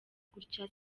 gutya